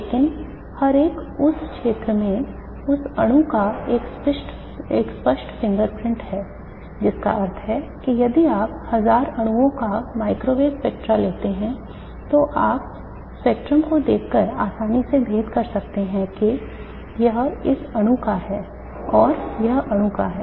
लेकिन हर एक उस क्षेत्र में उस अणु का एक स्पष्ट फिंगर प्रिंट है जिसका अर्थ है कि यदि आप 1000 अणुओं का माइक्रोवेव स्पेक्ट्रा लेते हैं तो आप स्पेक्ट्रम को देखकर आसानी से भेद कर सकते हैं कि यह इस अणु का है यह अणु का है